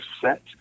set